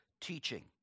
teaching